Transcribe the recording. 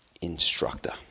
instructor